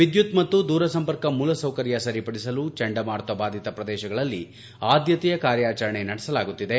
ವಿದ್ದುತ್ ಮತ್ತು ದೂರಸಂಪರ್ಕ ಮೂಲಸೌಕರ್ಯ ಸರಿಪಡಿಸಲು ಚಂಡಮಾರುತ ಬಾಧಿತ ಪ್ರದೇಶಗಳಲ್ಲಿ ಆದ್ದತೆಯ ಕಾರ್ಯಾಚರಣೆ ನಡೆಸಲಾಗುತ್ತಿದೆ